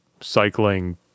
cycling